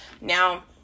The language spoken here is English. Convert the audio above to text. Now